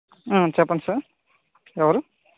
చెప్పండి సార్ ఎవరు